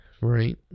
Right